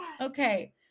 Okay